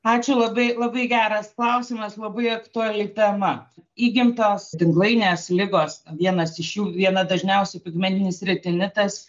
ačiū labai labai geras klausimas labai aktuali tema įgimtos tinklainės ligos vienas iš jų viena dažniausių pigmentinis retinitas